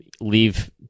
leave